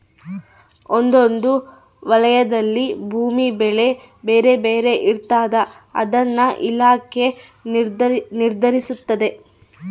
ಒಂದೊಂದು ವಲಯದಲ್ಲಿ ಭೂಮಿ ಬೆಲೆ ಬೇರೆ ಬೇರೆ ಇರ್ತಾದ ಅದನ್ನ ಇಲಾಖೆ ನಿರ್ಧರಿಸ್ತತೆ